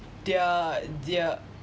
their their